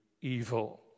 evil